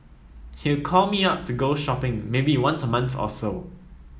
he'd call me up to go shopping maybe once a month or so